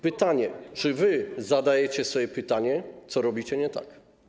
Pytanie: Czy wy zadajecie sobie pytanie, co robicie nie tak?